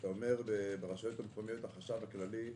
כשאתה אומר ברשויות המקומיות "החשב הכללי"